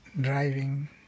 driving